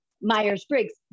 Myers-Briggs